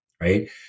Right